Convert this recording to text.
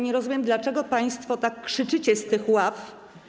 Nie rozumiem, dlaczego państwo tak krzyczycie z tych ław.